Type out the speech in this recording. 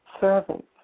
Servants